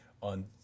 on